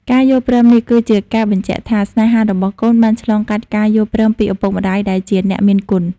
ការយល់ព្រមនេះគឺជាការបញ្ជាក់ថា ស្នេហារបស់កូនបានឆ្លងកាត់ការយល់ព្រមពីឪពុកម្ដាយដែលជាអ្នកមានគុណ។